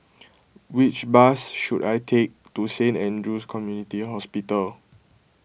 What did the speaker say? which bus should I take to Saint andrew's Community Hospital